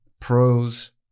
pros